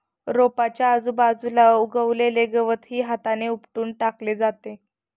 रोपाच्या आजूबाजूला उगवलेले गवतही हाताने उपटून टाकले जाते